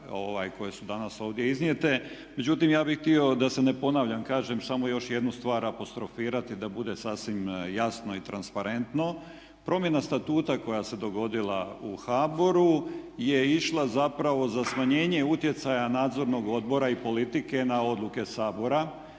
koje su danas ovdje iznijete. Međutim, ja bih htio da se ne ponavljam kažem samo još jednu stvar apostrofirati da bude sasvim jasno i transparentno. Promjena Statuta koja se dogodila u HBOR-u je išla zapravo za smanjenje utjecaja Nadzornog odbora i politike na odluke Sabora.